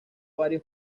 varios